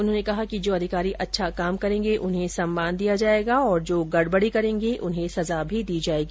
उन्होंने कहा कि जो अधिकारी अच्छा काम करेंगे उन्हें सम्मान दिया जाएगा और जो गडबडी करेंगे उन्हें सजा भी दी जाएगी